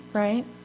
right